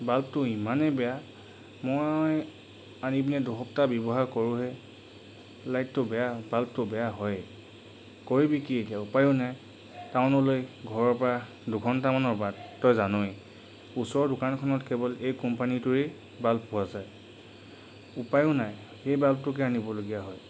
বাল্বটো ইমানেই বেয়া মই আনি পিনে দুসপ্তাহ ব্যৱহাৰ কৰোঁহে লাইটটো বেয়া বাল্বটো বেয়া হয়েই কৰিবি কি এতিয়া উপায়ো নাই টাউনলৈ ঘৰৰ পৰা দুঘণ্টামানৰ বাট তই জান'ৱেই ওচৰৰ দোকানখনত কেৱল এই কোম্পানীটৰেই বাল্ব পোৱা যায় উপায়ো নাই এই বাল্বটোকে আনিবলগীয়া হয়